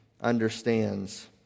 understands